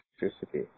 electricity